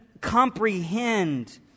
comprehend